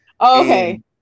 okay